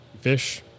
fish